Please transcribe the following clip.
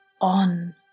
on